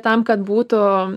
tam kad būtų